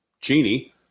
genie